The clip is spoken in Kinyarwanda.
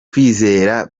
kwizera